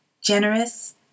generous